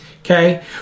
Okay